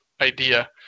idea